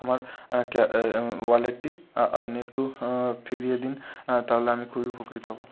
আমার ওয়ালেটটি আপনি একটু ফিরিয়ে দিন তাহলে আমি খুবই উপকৃত হব